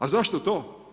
A zašto to?